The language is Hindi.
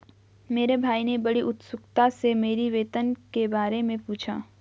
मेरे भाई ने बड़ी उत्सुकता से मेरी वेतन के बारे मे पूछा